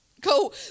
Go